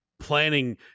planning